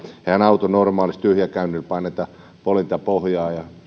eihän autossa normaalisti tyhjäkäynnillä paineta poljinta pohjaan ja